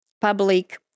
public